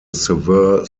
severe